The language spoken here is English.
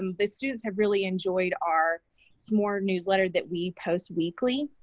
um the students have really enjoyed our smore newsletter that we post weekly.